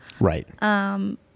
Right